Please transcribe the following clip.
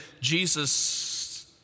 Jesus